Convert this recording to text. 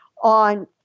on